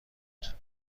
بود